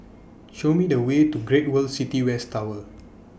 Show Me The Way to Great World City West Tower